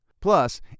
plus